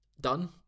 done